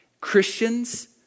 Christians